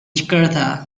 jakarta